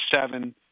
seven